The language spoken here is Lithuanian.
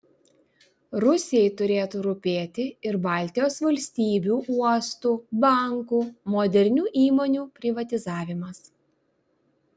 rusijai turėtų rūpėti ir baltijos valstybių uostų bankų modernių įmonių privatizavimas